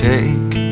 Take